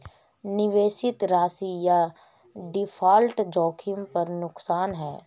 निवेशित राशि या डिफ़ॉल्ट जोखिम पर नुकसान है